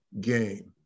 game